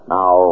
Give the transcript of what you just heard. Now